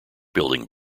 building